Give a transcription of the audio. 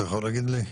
אתה יכול להגיד לי?